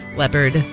leopard